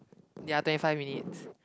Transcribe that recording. ya twenty five minutes